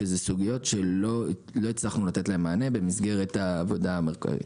שאלה סוגיות שלא הצלחנו לתת להן מענה במסגרת העבודה המרכזית.